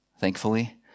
thankfully